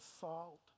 salt